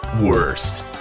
worse